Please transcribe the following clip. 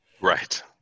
right